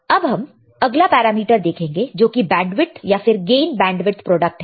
अब हम अगला पैरामीटर देखेंगे जोकि बैंडविथ या फिर गेन बैंडविथ प्रोडक्ट है